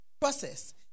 process